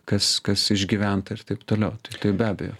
kas kas išgyventa ir taip toliau tai taip be abejo